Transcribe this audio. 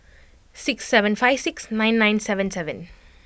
six seven five six nine nine seven seven